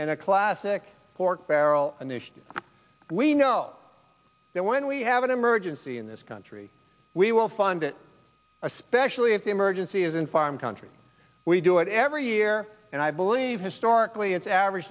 classic we know that when we have an emergency in this country we will find it especially if the emergency is in farm country we do it every year and i believe historically it's average